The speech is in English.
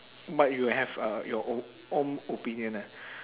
might you have a your o~ own opinion ah